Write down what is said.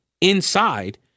inside